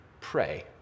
Pray